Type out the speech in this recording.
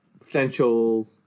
potential